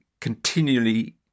continually